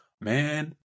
man